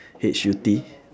H U T